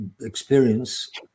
experience